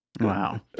Wow